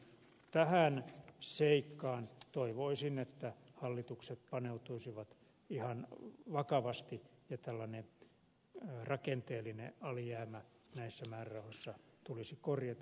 ja toivoisin että tähän seikkaan hallitukset paneutuisivat ihan vakavasti ja tällainen rakenteellinen alijäämä näissä määrärahoissa tulisi korjata